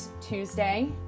Tuesday